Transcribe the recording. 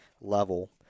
level